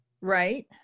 Right